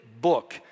book